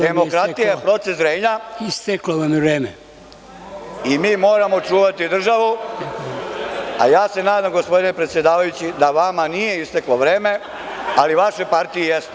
Demokratija je proces zrenja i mi moramo čuvati državu, a ja se nadam gospodine predsedavajući da vama nije isteklo vreme, ali vašoj partiji jeste.